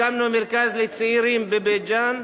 הקמנו מרכז לצעירים בבית-ג'ן,